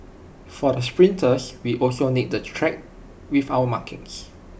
for the sprinters we also need the track with our markings